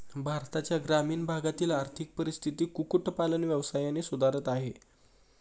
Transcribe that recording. भारताच्या ग्रामीण भागातील आर्थिक परिस्थिती कुक्कुट पालन व्यवसायाने सुधारत आहे